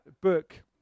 book